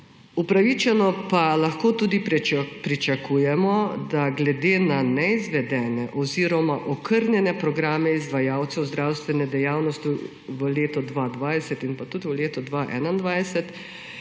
Upravičeno pa lahko tudi pričakujemo, da glede na neizvedene oziroma okrnjene programe izvajalcev zdravstvene dejavnosti v letu 2020 in tudi v letu 2021